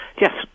Yes